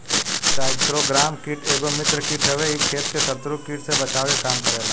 trichogramma कीट एगो मित्र कीट हवे इ खेत के शत्रु कीट से बचावे के काम करेला